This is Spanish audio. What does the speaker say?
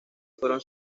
fueron